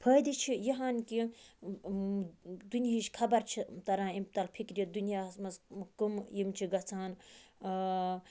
فٲیدٕ چھِ یہِ ہان کہِ دُنہِچ خَبَر چھِ تَران امہِ تَل فِکرٕ دُنیاہَس مَنٛز کَم یِم چھِ گَژھان